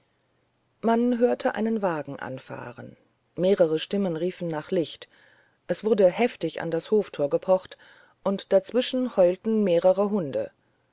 man hörte einen wagen anfahren mehrere stimmen riefen nach licht es wurde heftig an das hoftor gepocht und dazwischen heulten mehrere hunde